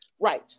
Right